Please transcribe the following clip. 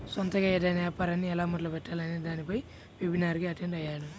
సొంతగా ఏదైనా యాపారాన్ని ఎలా మొదలుపెట్టాలి అనే దానిపై వెబినార్ కి అటెండ్ అయ్యాను